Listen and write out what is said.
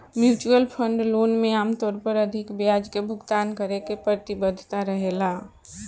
mutual fund loan में आमतौर पर अधिक ब्याज के भुगतान करे के प्रतिबद्धता रहेला